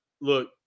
look